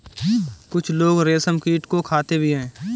कुछ लोग रेशमकीट को खाते भी हैं